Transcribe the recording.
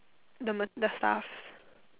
the the stuff